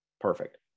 Perfect